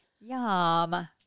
yum